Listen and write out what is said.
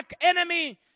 enemy